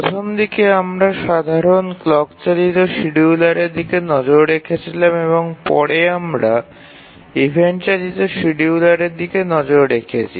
প্রথমদিকে আমরা সাধারণ ক্লক চালিত শিডিয়ুলারের দিকে নজর রেখেছিলাম এবং পরে আমরা ইভেন্ট চালিত শিডিয়ুলারের দিকে নজর রেখেছি